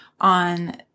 on